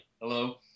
Hello